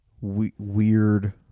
weird